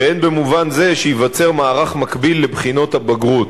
והן במובן זה שייווצר מערך מקביל לבחינות הבגרות,